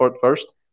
first